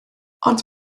ond